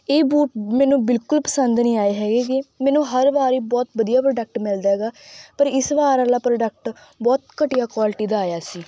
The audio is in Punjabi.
ਇਹ ਬੂਟ ਮੈਨੂੰ ਬਿਲਕੁਲ ਪਸੰਦ ਨਹੀਂ ਆਏ ਹੈਗੇ ਗੇ ਮੈਨੂੰ ਹਰ ਵਾਰ ਬਹੁਤ ਵਧੀਆ ਪ੍ਰੋਡਕਟ ਮਿਲਦਾ ਹੈਗਾ ਪਰ ਇਸ ਵਾਰ ਵਾਲਾ ਪ੍ਰੋਡਕਟ ਬਹੁਤ ਘਟੀਆ ਕੁਆਲਿਟੀ ਦਾ ਆਇਆ ਸੀ